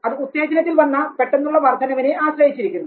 അത് ഉത്തേജനത്തിൽ വന്ന പെട്ടെന്നുള്ള വർദ്ധനവിനെ ആശ്രയിച്ചിരിക്കുന്നു